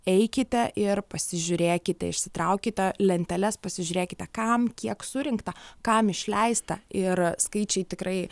eikite ir pasižiūrėkite išsitraukite lenteles pasižiūrėkite kam kiek surinkta kam išleista ir skaičiai tikrai